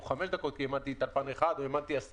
תוך חמש דקות כי העמדתי טלפן אחד או עשרה,